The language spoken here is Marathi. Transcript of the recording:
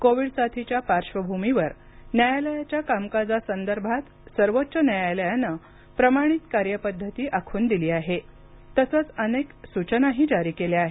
कोविड साथीच्या पार्श्वभूमीवर न्यायालयाच्या कामकाजासंदर्भात सर्वोच्च न्यायालयानं प्रमाणित कार्यपद्धती आखून दिली आहे तसंच अनेक सूचनाही जारी केल्या आहेत